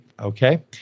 okay